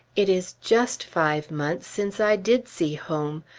it is just five months since i did see home.